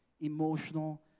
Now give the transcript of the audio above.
Emotional